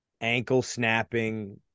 ankle-snapping